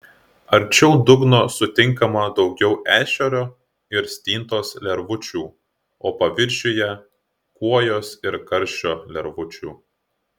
arčiau dugno sutinkama daugiau ešerio ir stintos lervučių o paviršiuje kuojos ir karšio lervučių